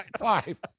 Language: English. five